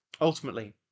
Ultimately